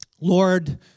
Lord